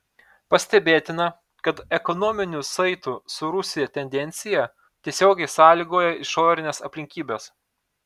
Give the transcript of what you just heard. pastebėtina kad ekonominių saitų su rusija tendencija tiesiogiai sąlygoja išorinės aplinkybės